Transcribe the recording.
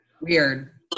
Weird